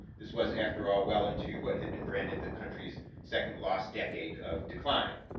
this was, after are, well into what had been branded the country's second lost decade of decline.